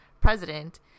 president